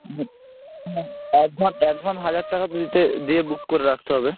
হুম হুম advance advance হাজার টাকা দিতে দিয়ে বুক করে রাখতে হবে